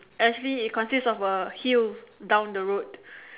actually it consists of a hill down the road